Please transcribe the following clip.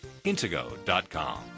Intego.com